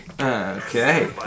okay